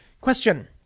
Question